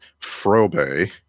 Frobe